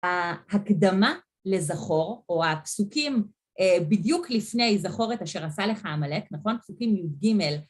הקדמה לזכור, או הפסוקים בדיוק לפני זכורת אשר עשה לך המלאק, נכון? פסוקים עם ג'